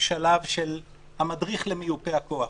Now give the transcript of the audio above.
בשלב של המדריך למיופה הכוח.